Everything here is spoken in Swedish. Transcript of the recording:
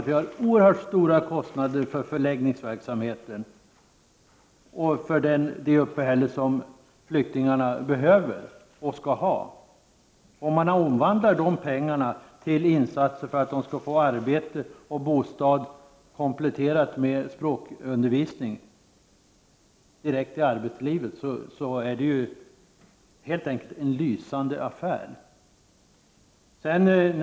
Vi har oerhört stora kostnader för förläggningsverksamheten och för det uppehälle som flyktingarna behöver och skall ha. Om man omvandlar de pengarna till insatser för att de skall få arbete och bostad kompletterat med språkundervisning direkt i arbetslivet är det helt enkelt en lysande affär.